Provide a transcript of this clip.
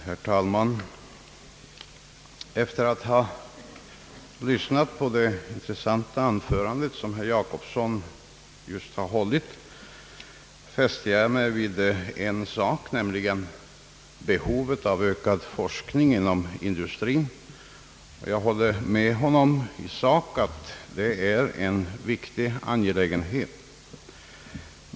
Herr talman! Efter att ha lyssnat till det intressanta anförande som herr Jacobsson just hållit, fäste jag mig vid en sak, nämligen behovet av ökad forskning inom industrin, och jag håller i sak med honom om att det är en viktig angelägenhet.